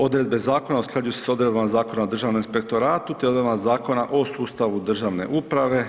Odredbe zakona usklađuju se s odredbama Zakona o državnom inspektoratu, te odredbama Zakona o sustavu državne uprave.